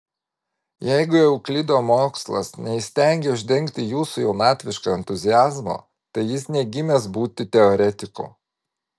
jeigu euklido mokslas neįstengė uždegti jūsų jaunatviško entuziazmo tai jis negimęs būti teoretiku